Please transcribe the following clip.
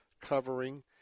covering